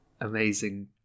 amazing